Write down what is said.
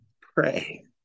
pray